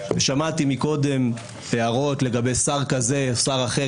שמעתי קודם הערות לגבי שר כזה, שר אחר.